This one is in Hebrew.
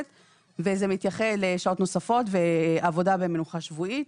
וזה מתייחס לשעות נוספות ועבודה במנוחה שבועית.